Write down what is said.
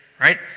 right